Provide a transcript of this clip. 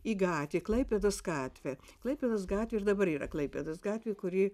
į gatvę į klaipėdos gatvę klaipėdos gatvių ir dabar yra klaipėdos gatvė kuri